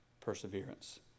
perseverance